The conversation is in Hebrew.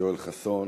יואל חסון,